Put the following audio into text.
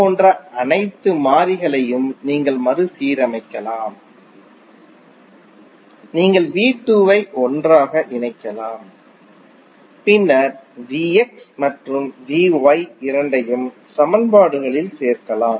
போன்ற அனைத்து மாறிகளையும் நீங்கள் மறுசீரமைக்கலாம் நீங்கள் ஐ ஒன்றாக இணைக்கலாம் பின்னர் மற்றும் இரண்டையும் சமன்பாடுகளில் சேர்க்கலாம்